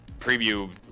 preview